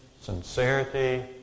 sincerity